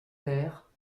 terre